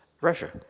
Russia